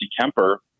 Kemper